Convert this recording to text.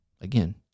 again